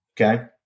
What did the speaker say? Okay